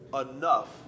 enough